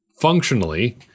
Functionally